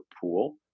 pool